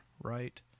right